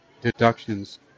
deductions